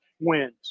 wins